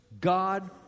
God